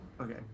Okay